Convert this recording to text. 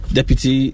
Deputy